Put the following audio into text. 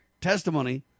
testimony